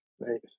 right